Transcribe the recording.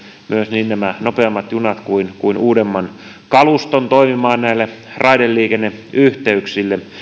niin nämä nopeammat junat kuin kuin uudemman kaluston toimimaan näille raideliikenneyhteyksille